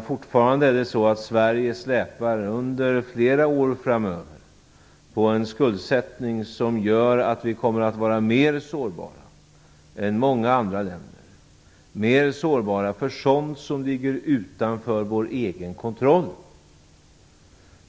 Fortfarande släpar Sverige, under flera år framöver, på en skuld som gör att vi kommer att vara mer sårbara än många andra länder för sådant som ligger utanför vår egen kontroll.